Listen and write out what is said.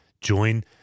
join